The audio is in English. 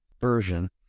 version